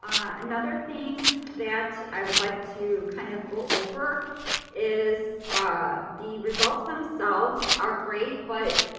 um another thing that i would like to kind of go over is ah the results themselves are great, but